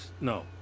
No